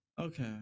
Okay